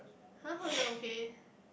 [huh] how is that okay